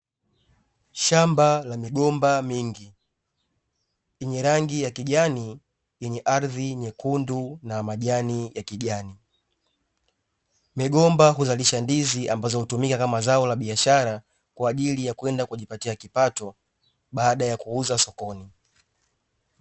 Shamba migomba mingi yenye rangi ya kijani, yenye ardhi nyekundu na majani ya kijani. Migomba huzalisha ndizi ambazo hutumika kama zao la biashara kwa ajili ya kujipatia kipato baada ya kwenda kuuza sokoni.